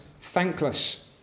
thankless